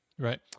Right